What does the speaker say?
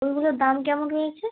ঐগুলোর দাম কেমন রয়েছে